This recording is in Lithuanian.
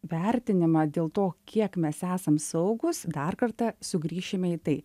vertinimą dėl to kiek mes esam saugūs dar kartą sugrįšime į tai